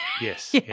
Yes